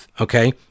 Okay